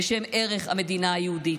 בשם ערך המדינה היהודית.